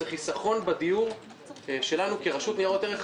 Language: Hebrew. החיסכון בדיור שלנו כרשות ניירות ערך.